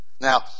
Now